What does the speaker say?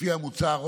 לפי המוצהר,